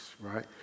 right